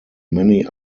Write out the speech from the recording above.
many